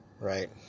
right